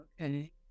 Okay